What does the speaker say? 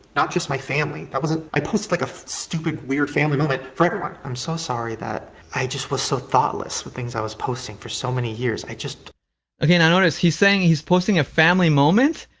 not just my family, that wasn't i posted, like, a stupid, weird family moment for everyone. i'm so sorry that i just was so thoughtless with things i was posting for so many years, i just okay, now notice he's saying he's posting a family moment?